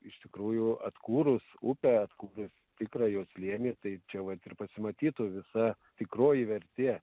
iš tikrųjų atkūrus upę atkurtas tikrą jo slėnį tai čia vat ir pasimatytų visa tikroji vertė